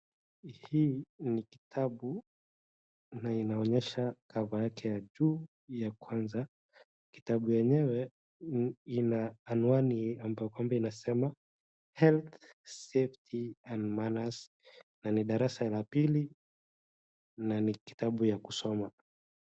Hii ni katabu na inaonyesha cover yake ya juu ya kwanza .Kitabu yenyewe ina anwani ambapo inasema Health Safety and Manners na ni darasa ya pili ni ni kitabu ya kusoma.